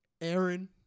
Aaron